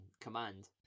command